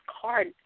card